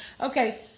Okay